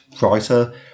writer